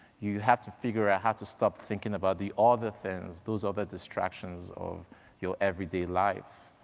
you have to figure out how to stop thinking about the other things, those other distractions of your everyday life.